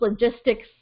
logistics